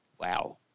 Wow